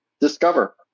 discover